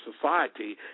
society